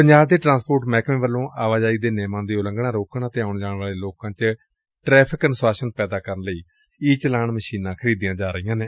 ਪੰਜਾਬ ਦੇ ਟਰਾਂਸਪੋਰਟ ਮਹਿਕਮੇ ਵੱਲੋਂ ਆਵਾਜਾਈ ਦੇ ਨੇਮਾਂ ਦੀ ਉਲੰਘਣਾ ਰੋਕਣ ਅਤੇ ਆਉਣ ਜਾਣ ਵਾਲੇ ਲੋਕਾਂ ਚ ਟਰੈਫਿਕ ਅਨੁਸ਼ਾਸਨ ਪੈਦਾ ਕਰਨ ਲਈ ਈ ਚਲਾਨ ਮਸ਼ੀਨਾਂ ਖਰੀਦੀਆਂ ਜਾ ਰਹੀਆਂ ਨੇ